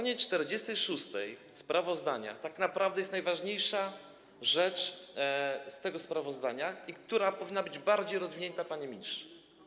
Na s. 46 sprawozdania tak naprawdę jest najważniejsza rzecz z tego sprawozdania, która powinna być bardziej rozwinięta, panie ministrze.